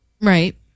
Right